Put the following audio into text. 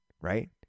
right